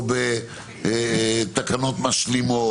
או בתקנות משלימות,